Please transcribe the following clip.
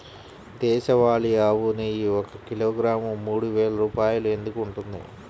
దేశవాళీ ఆవు నెయ్యి ఒక కిలోగ్రాము మూడు వేలు రూపాయలు ఎందుకు ఉంటుంది?